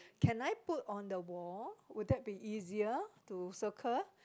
can I put on the wall would that be easier to circle